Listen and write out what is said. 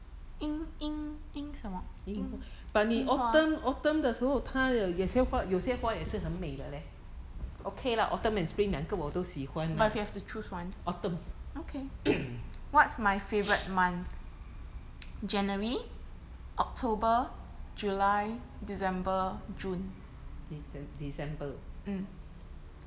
樱樱樱什么樱樱花: ying ying ying shen me ying ying hua but if you have to choose one okay what's my favourite month january october july december june mm